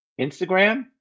Instagram